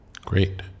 Great